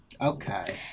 Okay